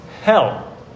hell